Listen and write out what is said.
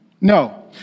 no